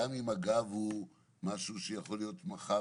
גם אם הגב הוא משהו שיכול להיות מקוזז מחר